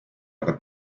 aga